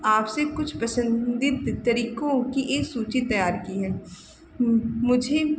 आपसे कुछ पसन्दीदा तरीकों की एक सूची तैयार की है मुझे